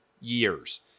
years